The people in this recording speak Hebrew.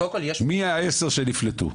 מיהם 10,000 הסטודנטים שנפלטו?